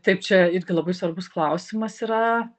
taip čia irgi labai svarbus klausimas yra